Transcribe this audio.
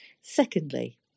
Secondly